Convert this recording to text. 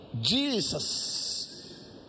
Jesus